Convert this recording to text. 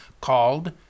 called